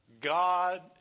God